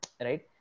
right